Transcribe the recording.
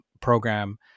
program